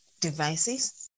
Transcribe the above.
devices